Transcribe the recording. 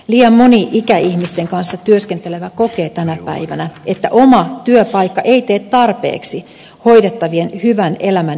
liian moni ikäihmisten kanssa työskentelevä kokee tänä päivänä että oma työpaikka ei tee tarpeeksi hoidettavien hyvän elämänehtoon eteen